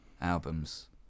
albums